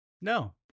no